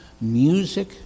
music